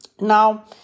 Now